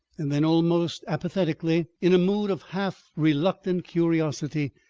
and then almost apathetically, in a mood of half-reluctant curiosity,